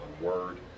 word